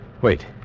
Wait